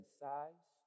size